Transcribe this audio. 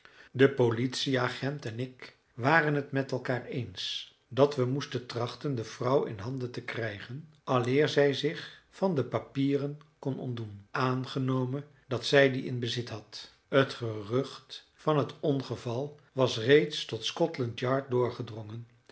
de politieagent en ik waren het met elkaar eens dat we moesten trachten de vrouw in handen te krijgen aleer zij zich van de papieren kon ontdoen aangenomen dat zij die in bezit had het gerucht van het ongeval was reeds tot scotland yard doorgedrongen